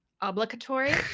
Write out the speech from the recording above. Obligatory